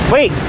Wait